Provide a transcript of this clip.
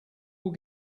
will